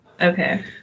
Okay